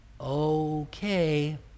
okay